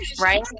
Right